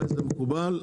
מקובל.